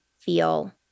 feel